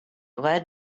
led